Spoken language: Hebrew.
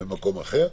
במקום אחר.